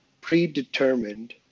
predetermined